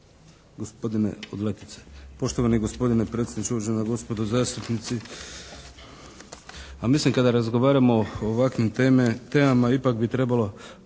Damir (IDS)** Poštovani gospodine predsjedniče, uvažena gospodo zastupnici. Pa mislim kada razgovaramo o ovakvim temama ipak bi trebalo